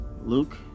Luke